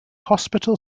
hospital